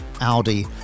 Audi